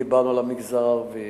דיברנו על המגזר הערבי,